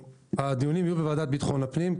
הדיונים יהיו בוועדה לביטחון פנים,